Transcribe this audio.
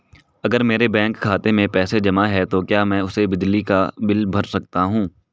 अगर मेरे बैंक खाते में पैसे जमा है तो क्या मैं उसे बिजली का बिल भर सकता हूं?